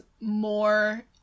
more